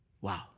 Wow